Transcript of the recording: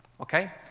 okay